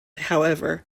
however